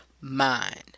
mind